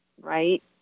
right